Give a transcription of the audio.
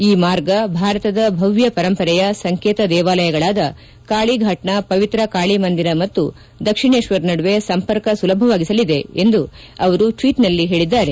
ಈ ಮಾರ್ಗ ಭಾರತದ ಭವ್ದ ಪರಂಪರೆಯ ಸಂಕೇತ ದೇವಾಲಯಗಳಾದ ಕಾಳಿಫಾಟ್ನ ಪವಿತ್ರ ಕಾಳಿ ಮಂದಿರ ಮತ್ತು ದಕ್ಷಿಣೇಶ್ವರ್ ನಡುವೆ ಸಂಪರ್ಕ ಸುಲಭವಾಗಿಸಿದೆ ಎಂದು ಅವರು ಟ್ವೀಟ್ನಲ್ಲಿ ಹೇಳದ್ದಾರೆ